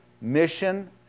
mission